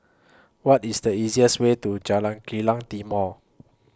What IS The easiest Way to Jalan Kilang Timor